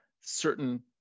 certain